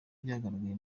byagaragaye